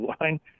line